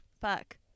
Fuck